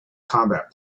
combat